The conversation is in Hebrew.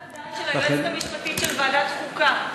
אולי תקריא מחוות הדעת של היועצת המשפטית של ועדת חוקה.